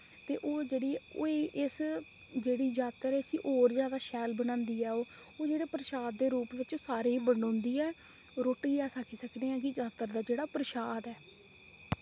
ते और जेह्ड़ी होई इस जेह्ड़ी जात्तर ऐ इसी और ज्यादा शैल बनांदी ऐ ओह् ओ जेह्ड़े परशाद दे रूप बिच सारें ई बंडोंदी ऐ रुट्ट ही अस आक्खी सकने आं कि जात्तर दा जेह्ड़ा परशाद ऐ